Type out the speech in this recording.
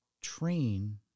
train